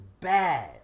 bad